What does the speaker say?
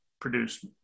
produced